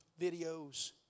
videos